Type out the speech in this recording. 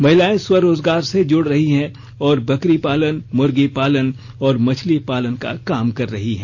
महिलाएं स्वरोजगार से जुड़ रही हैं और बकरी पालन मुर्गी पालन और मछली पालन का काम कर रही हैं